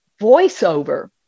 voiceover